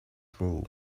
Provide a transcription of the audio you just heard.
true